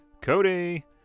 Cody